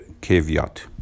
caveat